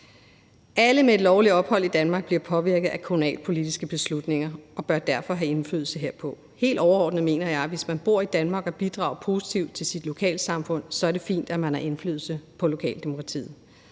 Alle med lovligt ophold i Danmark bliver påvirket af kommunalpolitiske beslutninger og bør derfor have indflydelse herpå. Helt overordnet mener jeg, at hvis man bor i Danmark og bidrager positivt til sit lokalsamfund, så er det fint, at man har indflydelse på lokaldemokratiet.